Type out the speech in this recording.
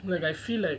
where I feel like